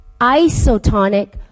isotonic